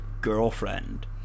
girlfriend